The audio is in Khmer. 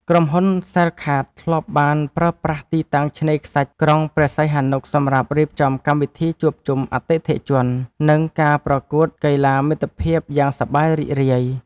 ក្រុមហ៊ុនសែលកាតធ្លាប់បានប្រើប្រាស់ទីតាំងឆ្នេរខ្សាច់ក្រុងព្រះសីហនុសម្រាប់រៀបចំកម្មវិធីជួបជុំអតិថិជន និង ការប្រកួតកីឡាមិត្តភាពយ៉ាងសប្បាយរីករាយ។